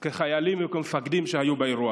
שכחיילים וכמפקדים היו באירוע הזה.